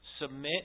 Submit